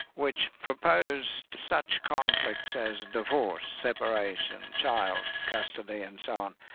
which proposed such conflict as divorce, separation, child custody and so on,